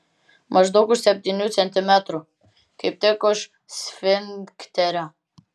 maždaug už septynių centimetrų kaip tik už sfinkterio